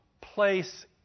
place